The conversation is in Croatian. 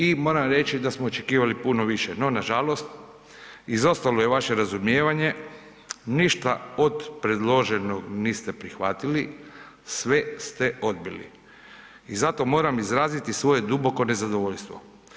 I moramo reći da smo očekivali puno više no nažalost, izostalo je vaše razumijevanje, ništa od predloženog niste prihvatili, sve ste odbili i zato moram izraziti svoje duboko nezadovoljstvo.